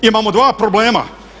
Imamo dva problema.